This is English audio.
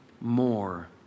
more